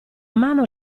mano